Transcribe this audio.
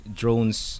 drones